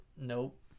nope